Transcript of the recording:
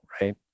right